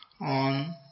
on